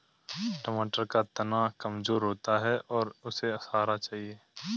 टमाटर का तना कमजोर होता है और उसे सहारा चाहिए